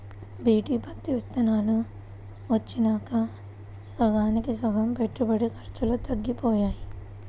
BT పత్తి విత్తనాలు వచ్చినాక సగానికి సగం పెట్టుబడి ఖర్చులు తగ్గిపోయాయి